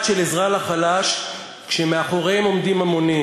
של עזרה לחלש כשמאחוריהם עומדים המונים.